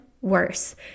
worse